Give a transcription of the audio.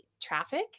traffic